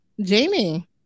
Jamie